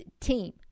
team